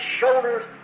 shoulders